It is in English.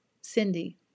Cindy